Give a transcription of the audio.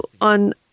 on